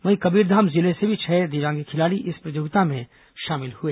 वहीं कबीरधाम जिले से भी छह दिव्यांग खिलाड़ी इस प्रतियोगिता में शामिल हुए